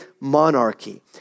monarchy